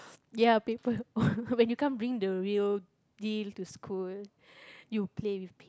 ya paper when you can't bring the real deal to school you play with